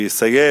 ויסיים